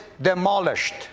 demolished